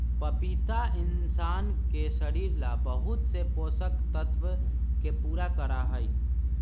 पपीता इंशान के शरीर ला बहुत से पोषक तत्व के पूरा करा हई